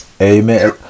Amen